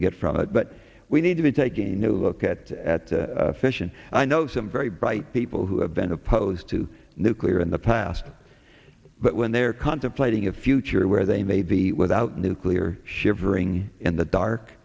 you get from it but we need to be taking a new look at fission and i know some very bright people who have been opposed to nuclear in the past but when they are contemplating a future where they may be without nuclear shivering in the dark